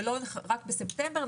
ולא להתחיל רק בספטמבר,